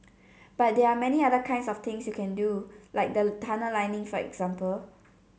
but there are many other kinds of things you can do like the tunnel lining for example